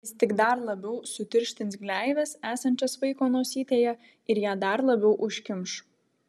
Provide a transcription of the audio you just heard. jis tik dar labiau sutirštins gleives esančias vaiko nosytėje ir ją dar labiau užkimš